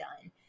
done